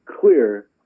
clear